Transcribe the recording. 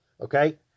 okay